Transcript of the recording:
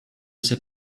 s’est